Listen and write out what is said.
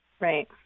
Right